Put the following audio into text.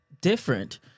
different